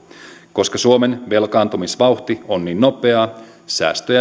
koska suomen velkaantumisvauhti on niin nopeaa säästöjä